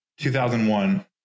2001